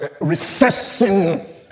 Recession